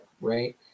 right